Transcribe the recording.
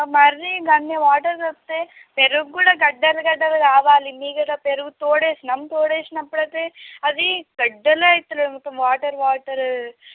మరి అన్ని వాటరు కలిపితే పెరుగు కూడా గడ్డలు గడ్డలు కావాలి మీగడ పెరుగు తోడు వేసినాము తోడు వేసినప్పుడు అయితే అవి గడ్డలు అవలేదు మొత్తం వాటర్ వాటరు